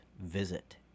visit